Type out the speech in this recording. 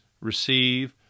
receive